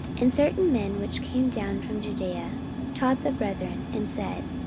and certain men which came down from judaea taught the brethren, and said,